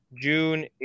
June